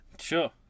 sure